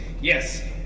Yes